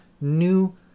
new